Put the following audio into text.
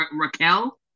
Raquel